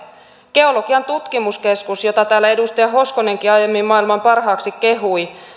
geologian tutkimuskeskus jota täällä edustaja hoskonenkin aiemmin maailman parhaaksi kehui